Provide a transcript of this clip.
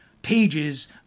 Pages